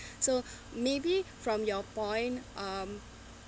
so maybe from your point um